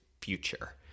future